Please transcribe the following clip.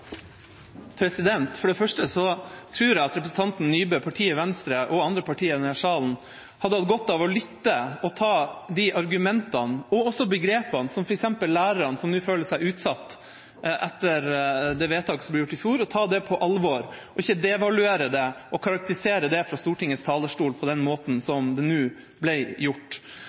For det første tror jeg at representanten Nybø, partiet Venstre og andre partier i denne salen hadde hatt godt av å lytte og ta argumentene fra f.eks. lærerne, som nå føler seg utsatt etter det vedtaket som ble gjort i fjor, på alvor, ikke devaluere det og karakterisere det fra Stortingets talerstol på den måten som det nå ble gjort.